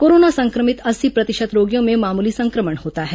corona संक्रमित अस्सी प्रतिशत रोगियों में मामूली संक्रमण होता है